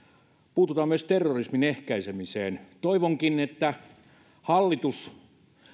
puututaan myös terrorismin ehkäisemiseen toivonkin että hallitus